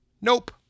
Nope